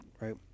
right